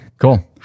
cool